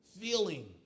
feeling